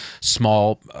small